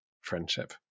friendship